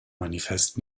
manifest